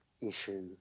issue